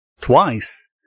Twice